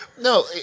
No